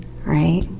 right